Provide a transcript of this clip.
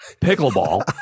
Pickleball